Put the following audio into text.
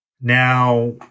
Now